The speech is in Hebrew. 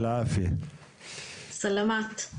סלאמת.